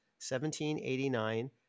1789